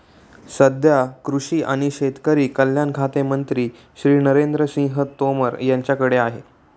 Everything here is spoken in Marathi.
सध्या कृषी आणि शेतकरी कल्याण खाते मंत्री श्री नरेंद्र सिंह तोमर यांच्याकडे आहे